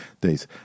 Days